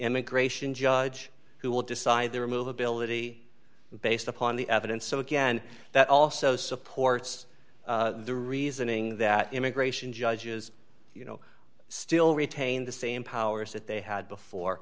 immigration judge who will decide their movability based upon the evidence so again that also supports the reasoning that immigration judges you know still retain the same powers that they had before